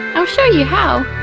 i'll show you how!